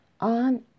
on